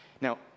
Now